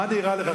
מה נראה לך,